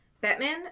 Batman